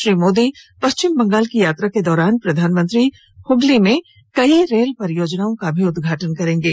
श्री मोदी पश्चिम बंगाल की यात्रा के दौरान प्रधानमंत्री हुगली में कई रेल परियोजनाओं का उद्घाटन करेंगे